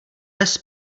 bez